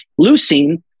Leucine